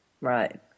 Right